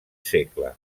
segle